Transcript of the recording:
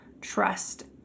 trust